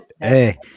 Hey